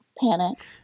panic